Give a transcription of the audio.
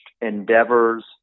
endeavors